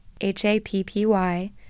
H-A-P-P-Y